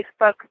Facebook